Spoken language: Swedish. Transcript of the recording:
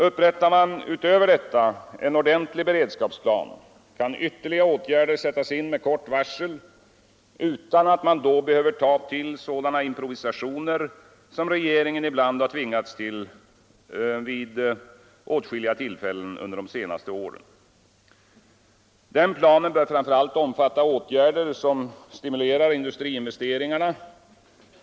Upprättar man utöver detta en ordentlig beredskapsplan, kan ytterligare åtgärder sättas in med kort varsel utan att man behöver ta till sådana improvisationer som regeringen ibland tvingats till vid åtskilliga tillfällen de senaste åren. Den planen bör framför allt omfatta åtgärder som stimulerar industriinvesteringarna.